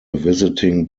visiting